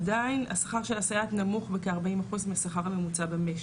עדיין השכר של הסייעת נמוך מכארבעים אחוז מהשכר הממוצע במשק.